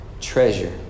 treasure